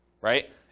right